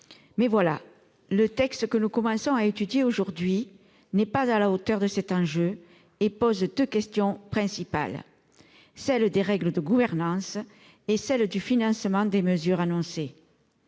c'est ». Or le texte que nous commençons à étudier aujourd'hui n'est pas à la hauteur de cet enjeu. Il soulève deux questions principales : celle des règles de gouvernance et celle du financement des mesures annoncées.